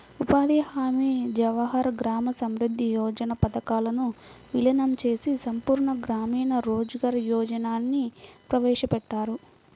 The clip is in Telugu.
ఉపాధి హామీ, జవహర్ గ్రామ సమృద్ధి యోజన పథకాలను వీలీనం చేసి సంపూర్ణ గ్రామీణ రోజ్గార్ యోజనని ప్రవేశపెట్టారు